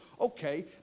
okay